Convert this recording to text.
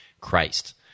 Christ